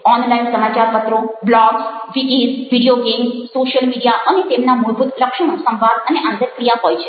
online સમાચારપત્રો blogs wikis video games social media અને તેમના મૂળભૂત લક્ષણો સંવાદ અને આંતરક્રિયા હોય છે